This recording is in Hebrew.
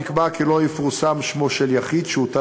נקבע כי לא יפורסם שמו של יחיד שהוטל